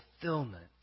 fulfillment